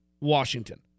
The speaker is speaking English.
Washington